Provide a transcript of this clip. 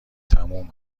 تموم